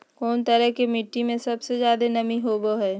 कौन तरह के मिट्टी में सबसे जादे नमी होबो हइ?